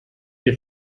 you